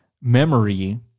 memory